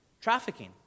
trafficking